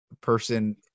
person